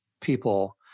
people